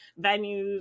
venues